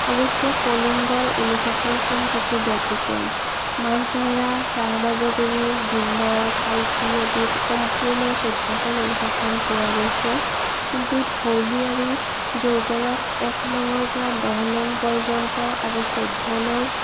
অৱশ্য়ে কলিংগৰ অনুশাসনখন কিছু ব্যতিক্ৰম মানচেহেৰা চাহবাজগৰি গিন্নৰ কালচি আদিত সম্পূৰ্ণ চৈধ্যখন অনুশাসন পোৱা গৈছে কিন্তু ধৌলি আৰু জৌগৰত এক নংৰ পৰা দহ নং পৰ্যন্ত্য আৰু চৈধ্য নং